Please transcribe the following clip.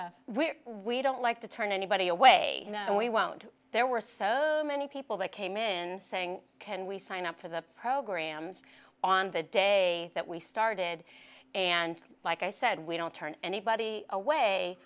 tough we don't like to turn anybody away and we won't there were so many people that came in saying can we sign up for the programs on the day that we started and like i said we don't turn anybody away